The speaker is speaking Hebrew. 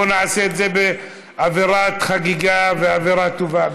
בואו נעשה את זה באווירת חגיגה ואווירה טובה.